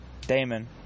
Damon